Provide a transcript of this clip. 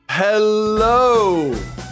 Hello